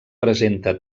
presenta